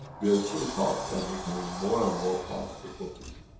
we are still powerful and becoming more and more powerful for peace.